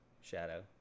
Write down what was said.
Shadow